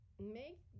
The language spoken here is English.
make